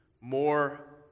more